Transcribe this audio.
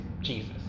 Jesus